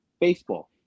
baseball